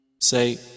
Say